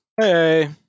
Hey